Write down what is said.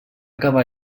cavar